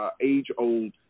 age-old